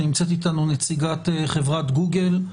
שנמצאת איתנו נציגת חברת גוגל,